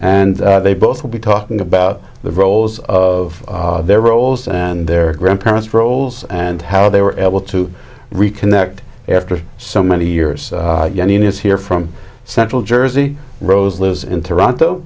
and they both will be talking about the roles of their roles and their grandparents roles and how they were able to reconnect after so many years young is here from central jersey rose lives in